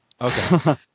Okay